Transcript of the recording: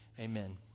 Amen